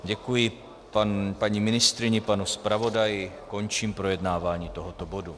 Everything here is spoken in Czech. Děkuji paní ministryni, panu zpravodaji a končím projednávání tohoto bodu.